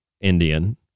Indian